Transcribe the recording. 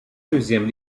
deuxièmes